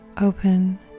open